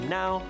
now